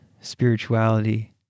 spirituality